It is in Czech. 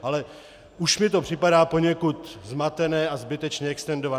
Ale už mi to připadá poněkud zmatené a zbytečně extendované.